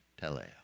Teleo